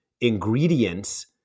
ingredients